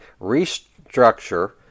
restructure